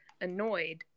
annoyed